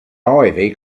ivy